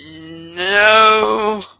no